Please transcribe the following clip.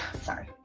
sorry